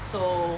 so